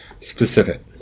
specific